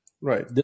Right